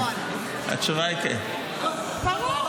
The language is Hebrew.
אתה בכל מקום ובכל זמן --- ברור,